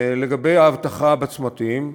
לגבי האבטחה בצמתים,